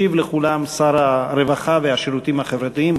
ישיב לכולם שר הרווחה והשירותים החברתיים,